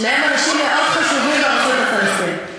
שניהם אנשים מאוד חשובים ברשות הפלסטינית.